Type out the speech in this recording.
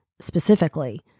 specifically